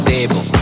Table